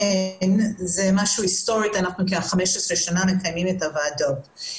זה משהו היסטורי כאשר כ-15 שנים אנחנו מקיימים את הוועדות.